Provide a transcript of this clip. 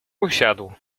usiadł